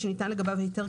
שניתן לגביו היתר,